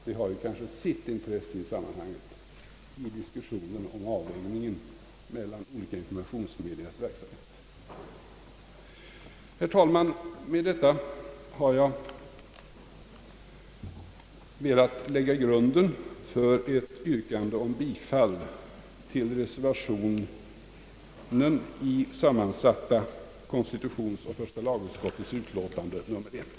Det kan kanske ha sitt intresse i sammanhanget att få veta detta vid en diskussion om avvägningen mellan olika informationsmediers verksamhet. Herr talman! Med detta har jag velat lägga grunden för ett yrkande om bifall till reservationen i sammansatta konstitutionsoch första lagutskottets utlåtande nr 1.